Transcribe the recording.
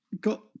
got